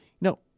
No